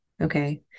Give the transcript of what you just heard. Okay